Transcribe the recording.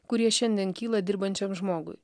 kurie šiandien kyla dirbančiam žmogui